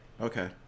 okay